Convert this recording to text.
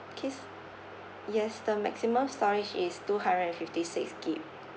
okay yes the maximum storage is two hundred and fifty six gig